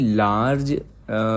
large